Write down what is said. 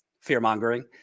fear-mongering